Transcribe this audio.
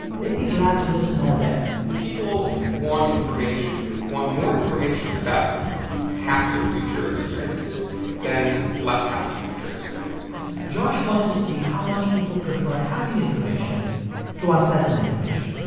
they'd be glad to listen all day people want information want more information about happier future experiences than less happy future experiences josh wanted to see how much people prefer happy information to unpleasant information.